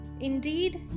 Indeed